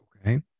Okay